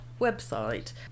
website